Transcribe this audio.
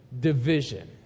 Division